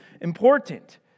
important